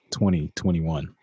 2021